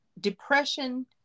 depression